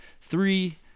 three